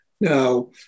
Now